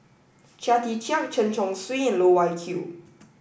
Chia Tee Chiak Chen Chong Swee and Loh Wai Kiew